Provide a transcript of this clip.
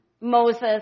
Moses